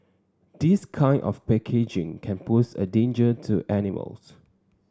this kind of packaging can pose a danger to animals